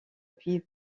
puis